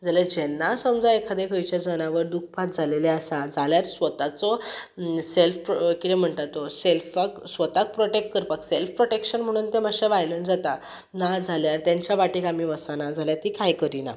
जाल्यार जेन्ना समजा एखादें खंयचें जनावर दुखपात जालेलें आसा जाल्यार स्वताचो सॅल्फ प्र कितें म्हणटा तो सॅल्फाक स्वताक प्रॉटॅक्ट करपाक सॅल्फ प्रॉटॅक्शन म्हणून तें मातशें वायलंट जाता नाजाल्यार तेंच्या वाटेक आमी वसाना जाल्यार तीं कांय करिना